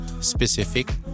specific